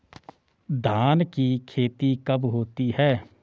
धान की खेती कब होती है?